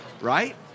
right